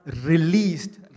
released